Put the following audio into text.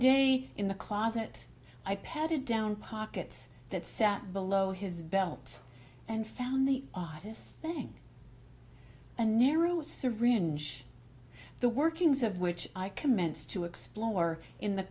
day in the closet i patted down pockets that sat below his belt and found the oddest thing and narrow syringe the workings of which i commenced to explore in the